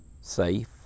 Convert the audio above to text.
safe